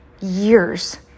years